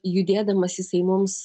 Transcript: judėdamas jisai mums